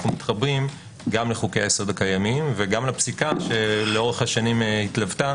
מתחברים גם לחוקי היסוד הקיימים וגם לפסיקה שלאורך השנים התלוותה